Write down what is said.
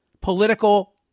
political